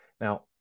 Now